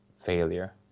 failure